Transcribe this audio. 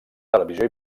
televisió